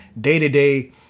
day-to-day